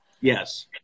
Yes